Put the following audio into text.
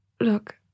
Look